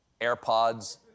AirPods